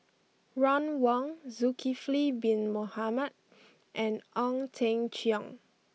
Ron Wong Zulkifli Bin Mohamed and Ong Teng Cheong